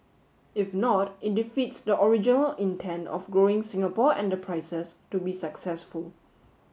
if not it defeats the original intent of growing Singapore enterprises to be successful